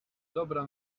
dobra